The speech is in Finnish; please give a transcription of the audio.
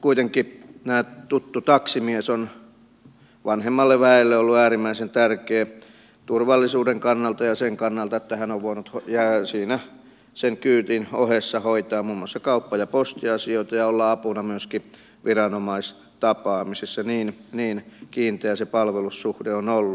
kuitenkin tämä tuttu taksimies on vanhemmalle väelle ollut äärimmäisen tärkeä turvallisuuden kannalta ja tämä on voinut sen kyydin ohessa hoitaa muun muassa kauppa ja postiasioita ja olla apuna myöskin viranomaistapaamisissa niin kiinteä se palvelussuhde on ollut